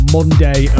Monday